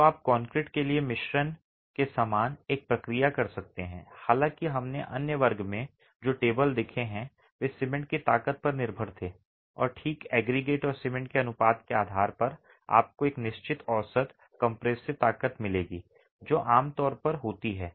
तो आप कंक्रीट के लिए मिश्रण मिश्रण के समान एक प्रक्रिया कर सकते हैं हालाँकि हमने अन्य वर्ग में जो टेबल देखे हैं वे सीमेंट की ताकत पर निर्भर थे और ठीक एग्रीगेट और सीमेंट के अनुपात के आधार पर आपको एक निश्चित औसत कम्प्रेसिव ताकत मिलेगी जो आमतौर पर होती है